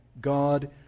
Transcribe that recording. God